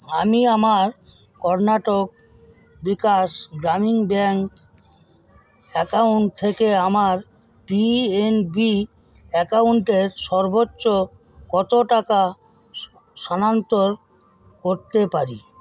আমি আমার Karnataka Vikas Gramin bank account থেকে আমার পিএনবি অ্যাকাউন্টে সর্বোচ্চ কত টাকা স্থানান্তর করতে পারি